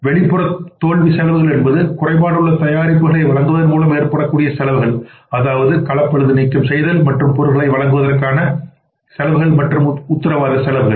வெளிப்புற தோல்வி செலவுகள் என்பது குறைபாடுள்ள தயாரிப்புகளை வழங்குவதன் மூலம் ஏற்படும் செலவுகள் அதாவது களபழுது நீக்கம் செய்தல் மாற்றுப் பொருளை வழங்குவதற்கான செலவுகள் மற்றும் உத்தரவாத செலவுகள்